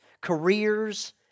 careers